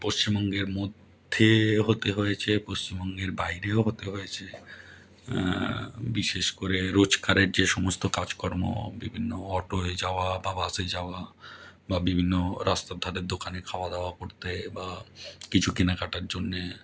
পশ্চিমবঙ্গের মধ্যে হতে হয়েছে পশ্চিমবঙ্গের বাইরেও হতে হয়েছে বিশেষ করে রোজকারের যে সমস্ত কাজকর্ম বিভিন্ন অটোয় যাওয়া বা বাসে যাওয়া বা বিভিন্ন রাস্তার ধারের দোকানে খাওয়া দাওয়া করতে বা কিছু কেনাকাটার জন্যে